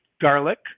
garlic